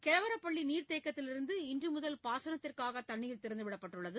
கெலவரப்பள்ளி நீர்த் தேக்கத்திலிருந்து இன்று முதல் பாசனத்திற்காக தண்ணீர் திறந்து விடப்பட்டுள்ளது